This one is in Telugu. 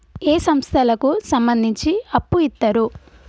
ఏ సంస్థలకు సంబంధించి అప్పు ఇత్తరు?